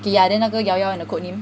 K yeah then 那个 llaollao and the code name